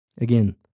Again